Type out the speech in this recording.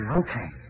okay